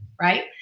right